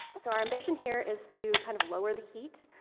so our mission here is to kind of lower the heat,